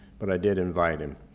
but i did invite him.